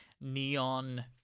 neon